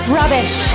rubbish